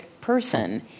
person